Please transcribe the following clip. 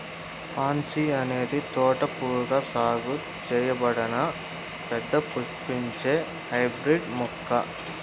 pansy అనేది తోట పువ్వుగా సాగు చేయబడిన పెద్ద పుష్పించే హైబ్రిడ్ మొక్క